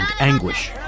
anguish